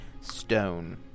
stone